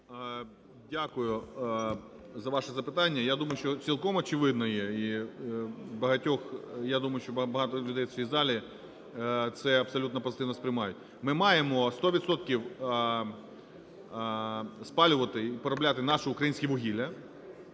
Дякую за ваше запитання. Я думаю, що цілком очевидно, і я думаю, що багато людей в цій залі це абсолютно позитивно сприймають. Ми маємо 100 відсотків спалювати і переробляти наше українське вугілля.